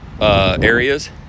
areas